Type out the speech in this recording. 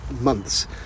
months